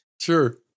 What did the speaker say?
Sure